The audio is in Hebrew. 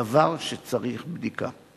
דבר שצריך בדיקה.